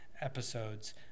episodes